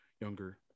younger